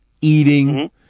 eating